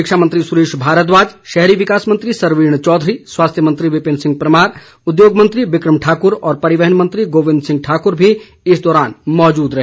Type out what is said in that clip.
शिक्षा मंत्री सुरेश भारद्वाज शहरी विकास मंत्री सरवीण चौधरी स्वास्थ्य मंत्री विपिन परमार उद्योग मंत्री विकम ठाकुर और परिवहन मंत्री गोविंद ठाकुर भी इस दौरान मौजूद रहे